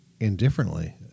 Indifferently